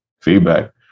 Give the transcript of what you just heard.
feedback